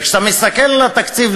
וכשאתה מסתכל על התקציב,